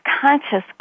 conscious